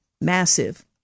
massive